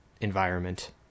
environment